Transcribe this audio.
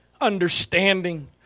understanding